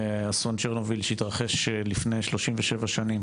אסון צ'רנוביל שהתרחש לפני 37 שנים